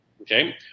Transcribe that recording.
Okay